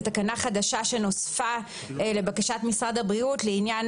זאת תקנה חדשה שנוספה לבקשת משרד הבריאות לעניין